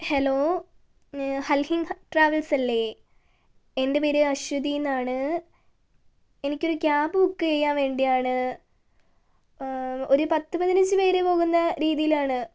hello ഹൽഹീൻ travels അല്ലെ എന്റെ പേര് അശ്വതി എന്നാണ് എനിക്ക് ഒരു ക്യാബ് ബുക്ക് ചെയ്യാൻ വേണ്ടിയാണ് ഒരു പത്തു പതിനഞ്ചു പേര് പോകുന്ന രീതിയിലാണ്